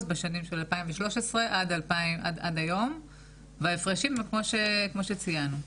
בשנים 2013 עד היום וההפרשים הם כמו שציינת.